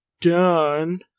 done